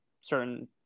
certain